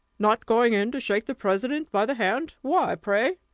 not going in to shake the president by the hand! why, pray?